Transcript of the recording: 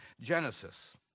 Genesis